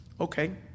Okay